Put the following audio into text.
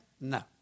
No